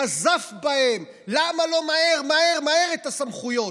נזף בהם: למה לא מהר מהר מהר את הסמכויות.